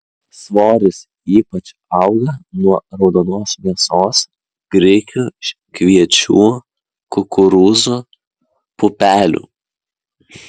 svoris ypač auga nuo raudonos mėsos grikių kviečių kukurūzų pupelių